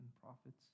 prophets